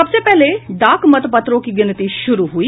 सबसे पहले डाक मतपत्रों की गिनती शुरू हुई